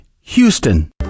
Houston